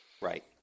Right